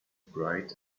bright